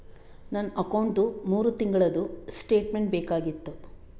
ನನ್ನ ಅಕೌಂಟ್ದು ಮೂರು ತಿಂಗಳದು ಸ್ಟೇಟ್ಮೆಂಟ್ ಬೇಕಾಗಿತ್ತು?